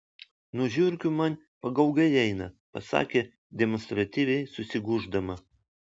nuo žiurkių man pagaugai eina pasakė demonstratyviai susigūždama